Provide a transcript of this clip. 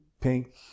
pink